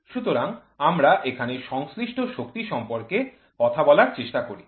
সুতরাং আমরা এখানে সংশ্লিষ্ট শক্তি সম্পর্কে কথা বলার চেষ্টা করি